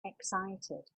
excited